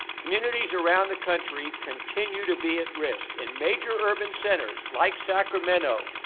communities around the country continue to be at risk and major urban centres like sacramento,